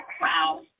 Wow